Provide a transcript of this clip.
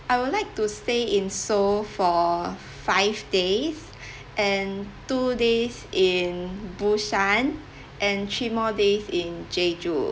I would like to stay in seoul for five days and two days in busan and three more days in jeju